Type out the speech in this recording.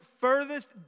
furthest